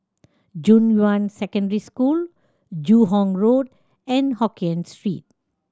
Junyuan Secondary School Joo Hong Road and Hokien Street